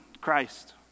Christ